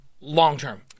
long-term